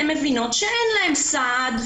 הן מבינות שאין להן סעד,